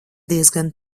diezgan